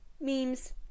memes